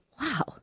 wow